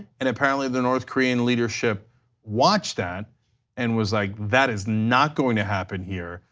and apparently the north korea and leadership watched that and was like that is not going to happen here.